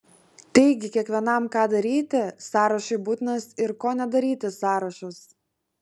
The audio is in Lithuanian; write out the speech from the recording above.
taigi kiekvienam ką daryti sąrašui būtinas ir ko nedaryti sąrašas